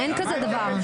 אני עכשיו שומעת את זה.